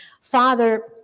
Father